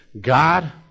God